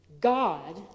God